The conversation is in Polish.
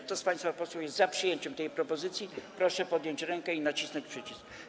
Kto z państwa posłów jest za przyjęciem tej propozycji, proszę podnieść rękę i nacisnąć przycisk.